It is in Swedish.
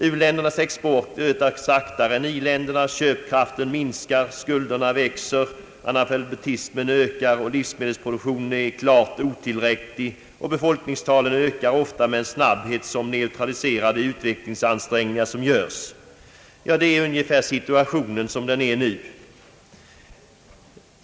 U-ländernas export ökar saktare än i-ländernas, köpkraften i u-länderna minskar, skulderna växer, analfabetismen tilltar, livsmedelsproduktionen är klart otillräcklig och befolkningstalen ökar ofta med en snabb het som neutraliserar de utvecklingsansträngningar man gör. Ja, sådan är ungefär den nuvarande situationen.